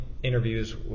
interviews